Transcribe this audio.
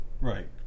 Right